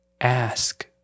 Ask